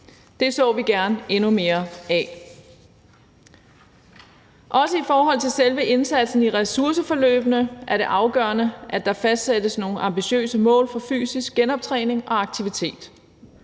Det så vi gerne endnu mere af. Også i forhold til selve indsatsen i ressourceforløbene er det afgørende, at der fastsættes nogle ambitiøse mål for fysisk genoptræning og aktivitet.